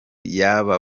y’aba